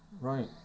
Right